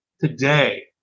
Today